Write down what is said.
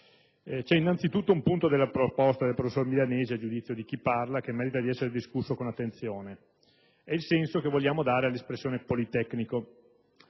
C'è innanzi tutto un punto della proposta del professor Milanesi che, a giudizio di chi parla, merita di essere discusso con attenzione: mi riferisco al senso che vogliamo dare all'espressione "politecnico".